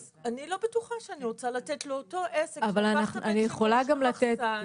אז אני לא בטוחה שאני רוצה לתת לאותו עסק שהפך את השירותים למחסן